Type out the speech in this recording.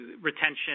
retention